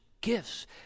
gifts